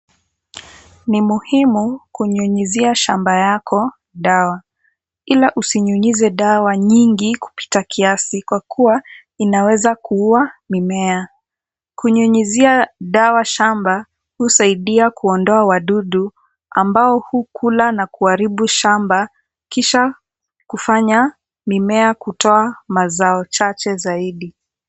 Ni muhimu kunyunyizia shamba yako dawa ila usinyunyize dawa nyingi kupita kiasi kwa kuwa inaweza kuua mimea. Kunyunyizia dawa shamba husaidia kuondoa wadudu ambao hukula na kuharibu shamba kisha kufanya mimea kutoa mazao chache zaidi.